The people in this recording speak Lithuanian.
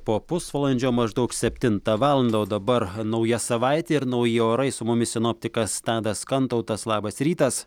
po pusvalandžio maždaug septintą valandą o dabar nauja savaitė ir nauji orai su mumis sinoptikas tadas kantautas labas rytas